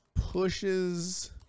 pushes